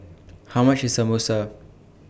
How much IS Samosa